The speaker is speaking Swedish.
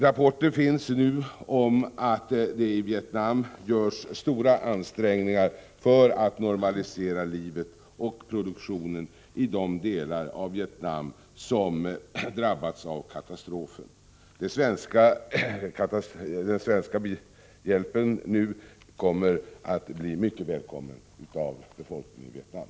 Rapporter finns nu om att det i Vietnam görs stora ansträngningar för att normalisera livet och produktionen i de delar av Vietnam som har drabbats av katastrofen. Den svenska hjälpen kommer att bli mycket välkomnad av befolkningen i Vietnam.